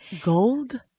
Gold